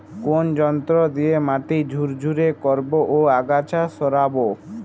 কোন যন্ত্র দিয়ে মাটি ঝুরঝুরে করব ও আগাছা সরাবো?